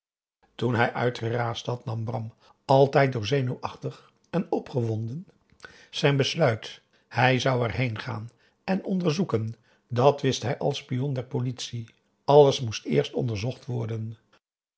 toen hij uitgeraasd had nam bram altijd door zenuwachtig en opgewonden zijn besluit hij zou erheen gaan en onderzoeken dàt wist hij als spion der politie alles moest eerst onderzocht worden